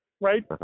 right